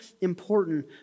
important